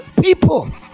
people